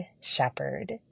shepherd